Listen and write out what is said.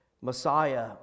Messiah